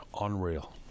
unreal